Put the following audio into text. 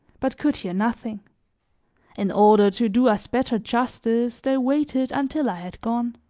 but could hear nothing in order to do us better justice, they waited until i had gone.